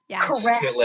correct